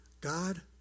God